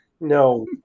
no